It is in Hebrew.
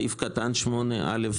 סעיף קטן 8(א)(ד),